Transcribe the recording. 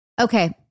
Okay